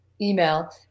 email